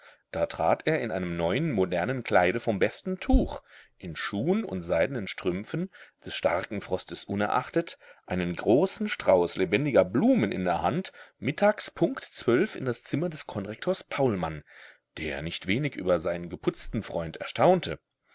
da trat er in einem neuen modernen kleide vom besten tuch in schuhen und seidenen strümpfen des starken frostes unerachtet einen großen strauß lebendiger blumen in der hand mittags punkt zwölf uhr in das zimmer des konrektors paulmann der nicht wenig über seinen geputzten freund erstaunte